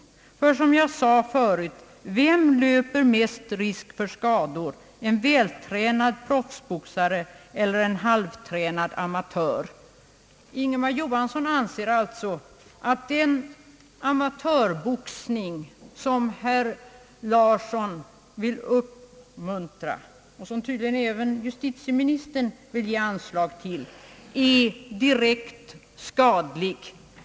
För som jag sa förut, vem löper mest risk för skador — en vältränad proffsboxare eller en halvtränad .amatör ?» Ingemar Johansson anser alltså, att den amatörboxning som herr Larsson vill uppmuntra och som tydligen även justitieministern vill ge anslag till är direkt skadlig.